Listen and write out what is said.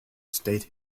state